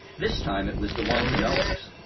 this time it was the wampanoags,